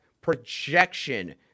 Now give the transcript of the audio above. projection